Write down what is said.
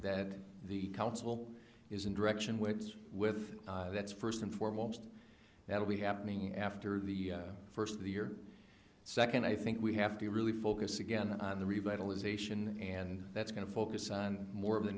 that the council is in direction which with that's first and foremost that we happening after the first of the year second i think we have to really focus again on the revitalization and that's going to focus on more of the